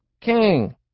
King